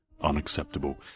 Unacceptable